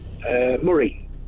Murray